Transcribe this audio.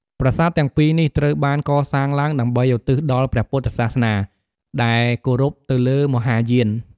ប្រាសាទទាំងពីរនេះត្រូវបានកសាងឡើង ដើម្បីឧទ្ទិសដល់ព្រះពុទ្ធសាសនា ដែលគៅរពទៅលើ មហាយាន។